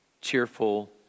cheerful